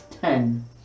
ten